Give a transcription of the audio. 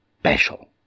special